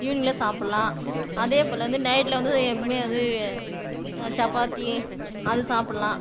ஈவினிங்ல சாப்பிடலாம் அதேபோல வந்து நைட்ல வந்து எப்போதுமே வந்து சப்பாத்தி அது சாப்பிடலாம்